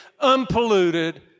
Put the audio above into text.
unpolluted